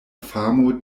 famo